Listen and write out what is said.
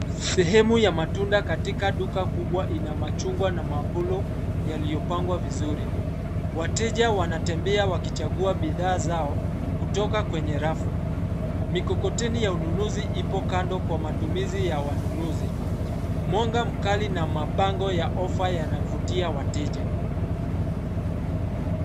Sehemu ya matunda katika duka kubwa ina machungwa na mapolo yaliyopangwa vizuri. Wateja wanatembea wakichagua bidhaa zao, kutoka kwenye rafu. Mikokoteni ya ununuzi ipo kando kwa matumizi ya wanunuzi. Mwanga mkali na mabango ya ofa yanavutia wateja.